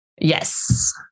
Yes